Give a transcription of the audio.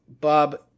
Bob